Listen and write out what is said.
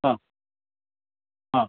ആ ആ